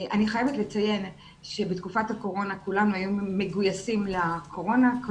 אני חייבת לציין שבתקופת הקורונה כולם היום מגויסים לקורונה,